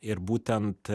ir būtent